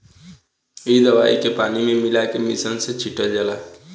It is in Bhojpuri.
इ दवाई के पानी में मिला के मिशन से छिटल जाला